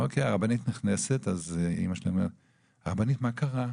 הרבנית נכנסת, אמא שלי אומרת: הרבנית, מה קרה?